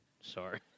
Sorry